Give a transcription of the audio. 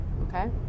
okay